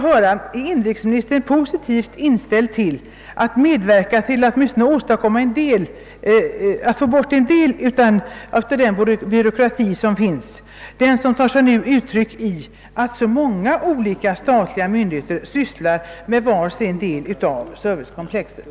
Är inrikesministern positivt inställd till att medverka till att avskaffa åtminstone en del av den byråkrati som nu finns och som tar sig uttryck i att så många olika statliga myndigheter sysslar med var sin del av servicekomplexet?